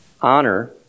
Honor